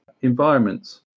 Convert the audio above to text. environments